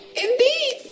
Indeed